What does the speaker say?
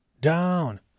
down